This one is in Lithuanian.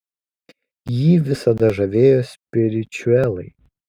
jį visada žavėjo spiričiuelai